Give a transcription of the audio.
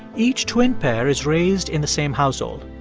each twin pair is raised in the same household.